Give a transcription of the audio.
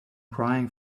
crying